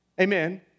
Amen